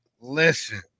Listen